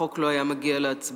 החוק לא היה מגיע להצבעה.